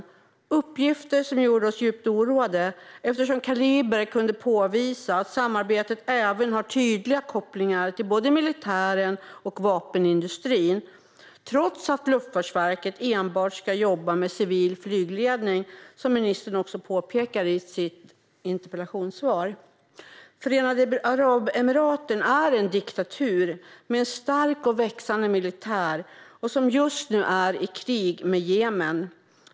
Det var uppgifter som gjorde oss djupt oroade, eftersom Kaliber kunde påvisa att samarbetet även har tydliga kopplingar till både militären och vapenindustrin trots att Luftfartsverket ska jobba enbart med civil flygledning. Detta påpekar ministern i sitt interpellationssvar. Förenade Arabemiraten är en diktatur med en stark och växande militär och är just nu i krig med Jemen.